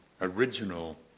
original